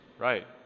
right